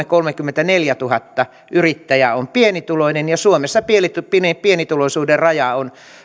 kolmekymmentäneljätuhatta yrittäjää on pienituloisia ja suomessa pienituloisuuden raja on